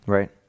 Right